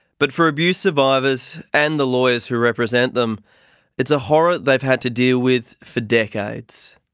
but for abuse survivors and the lawyers who represent them it's a horror they've had to deal with for decades.